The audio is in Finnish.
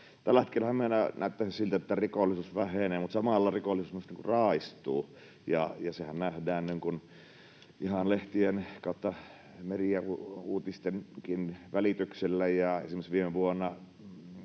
hetkellä meillä näyttäisi siltä, että rikollisuus vähenee, mutta samalla rikollisuus myös raaistuu, ja sehän nähdään ihan lehtien/median uutistenkin välityksellä. Esimerkiksi viime vuonna